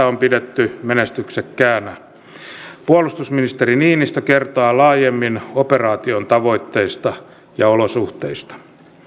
on pidetty menestyksekkäänä puolustusministeri niinistö kertoo laajemmin operaation tavoitteista ja olosuhteista